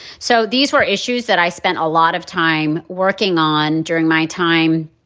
so these were issues that i spent a lot of time working on during my time.